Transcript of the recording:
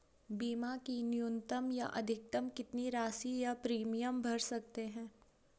बीमा की न्यूनतम या अधिकतम कितनी राशि या प्रीमियम भर सकते हैं?